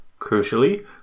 Crucially